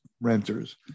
renters